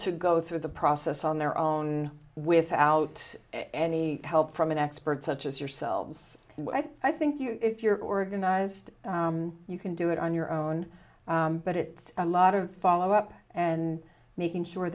to go through the process on their own without any help from an expert such as yourselves and i think you if you're organized you can do it on your own but it's a lot of follow up and making sure